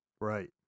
Right